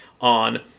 on